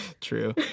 True